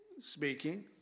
speaking